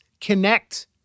connect